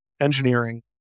Engineering